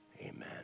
amen